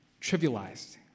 trivialized